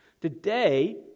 Today